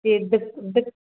ਅਤੇ ਇੱਧਰ ਇੱਧਰ